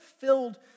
filled